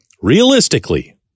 realistically